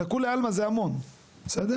לכולי עלמא זה המון, בסדר?